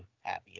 happy